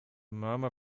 murmur